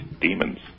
demons